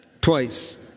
twice